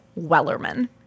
Wellerman